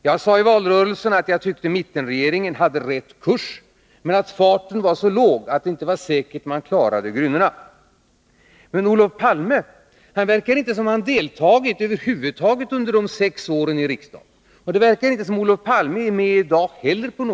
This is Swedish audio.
Jag sade i valrörelsen att jag tyckte att mittenregeringen höll rätt kurs men att farten var så låg att det inte var säkert att man klarade grynnorna. Men Olof Palme verkar som om han över huvud taget inte deltagit i riksdagen under de senaste sex åren. Det verkar inte som om Olof Palme är med i dag heller.